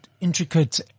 intricate